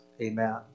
Amen